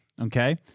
okay